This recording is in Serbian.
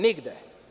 Nigde.